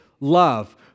love